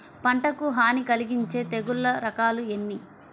పంటకు హాని కలిగించే తెగుళ్ల రకాలు ఎన్ని?